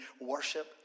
worship